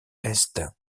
est